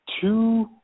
two